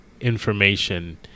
information